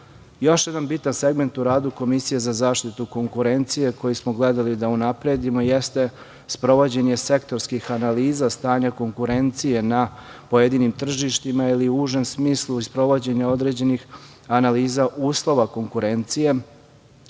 jedan bitan segment u radu Komisije za zaštitu konkurencije koji smo gledali da unapredimo, jeste sprovođenje sektorskih analiza, stanja konkurencije na pojedinim tržištima ili u užem smislu i sprovođenje određenih analiza uslova konkurencije.